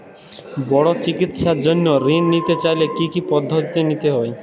বড় চিকিৎসার জন্য ঋণ নিতে চাইলে কী কী পদ্ধতি নিতে হয়?